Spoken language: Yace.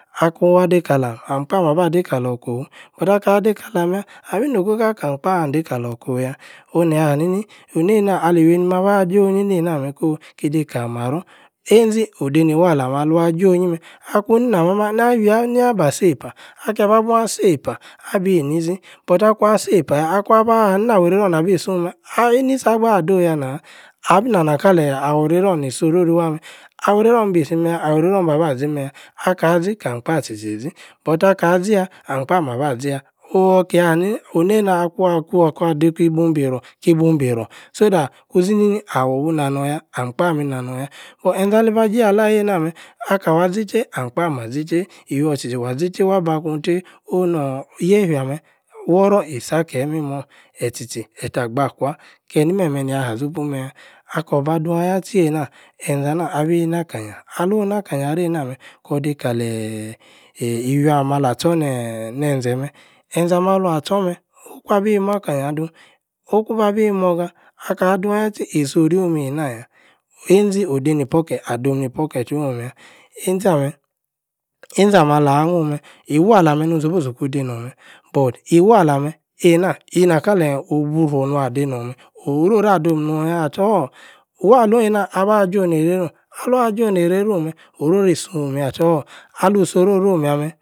akun-ah-dei kalam, alum-kpaah maba-dei kalor kofu but-akor-ah-dei kalam-yah. abi-no-go-go- ah-kam-kpah ah-dei kalor-kofu-yah, onu-nia-hanini, onei-na ali-iwieinim abah-jo-onyi neina-meh-kooh, ki-dei kali-maror einzi, odeini-walla ameh-alua-jo-onyi meh, akun-nina-mah-mah, niawia-aba-sei-pa? akeyi-bah-buan, sei-pa, abi-nisi, but akuan sei-pa yah, akuan-baha nini-nawei-reiror nabi-su-meh, ah-inisi gbaah adoola yah nah!! abi nana kaleeh awor-reiror ni so-ro-ri-wuah-meh, awor-rei-ror nibi-si-meh-yah, awor-rei-ror niba-ba-zi meh-tah, akah-zi, kam-kpaah tchi-tchi-zi, but akor-azi-yah alam kpaah, maba-zi yah, ooow, kia-ni-oneina akwa-kwo-kwo adei ki bun- bi- ror, ki- bu- bi ror so-that kun-zi-nini awor-wii nanorn-yah, ahm-kpaah minah-norn-yah, fuor, enze-aliba-jiji auah ayei-na meh, akawor-azi tei, ahm-kpah, ma-zi-tei, iwuor tchi-tchi wah-zi tei, wah-bah-kun tei, onor-yefia meh woror-e-sah-keh imimor, eyi-tchi-tchi. eta-gbah-kwah, keni-meh-meh nia-ha-zopu meh-yah? akor-bah dun-ayah tchiii eina, enza- nah, abi naka-nyia alun-naka-nyia areina-meh, korr-dei kale-e-e-e-h e-wuior ah-meh ah-lah tchor-nenze-meh, enze-ah-meh-aluan tchor-ameh, oku-abi-ma-ka-nyia adun oku-ba-bi-morga akun dun ayah-tchiii iso-rio meina yah, einzi-ameh einze-ameh alah-huan-meh, e-wallah-meh nun-suppose-okun dei no'm meh, but e-walla-ameh eina-e-nakaleeh-obrufor nua-dei nor'm-meh. orori-ado'm norn-yah at-all e-wallor eina-abah-jo-nu-eireiru, aluan jonu eireiru-meh. orio-ri e-su'om yah at-all, alun-e-si-ororio'm yah-meh.